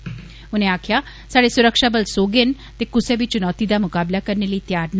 उया उने आक्खेआ साडे सुरक्षाबल सोहगे न ते कुसै बी चुनौती दा मुकाबला करने लेई तैयार न